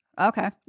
Okay